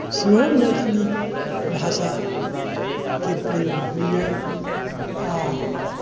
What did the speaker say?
सेहो मैथिली भाषाके प्रयोग होइए आओर